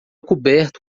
coberto